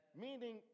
Meaning